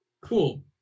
Cool